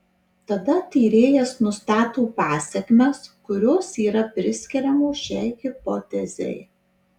tada tyrėjas nustato pasekmes kurios yra priskiriamos šiai hipotezei